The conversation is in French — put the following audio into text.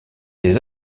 les